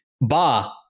ba